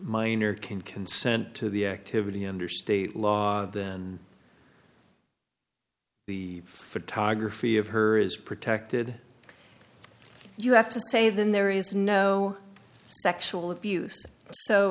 minor can consent to the activity under state law and the photography of her is protected you have to say then there is no sexual abuse so